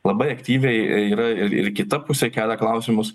labai aktyviai yra ir ir kita pusė kelia klausimus